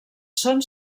són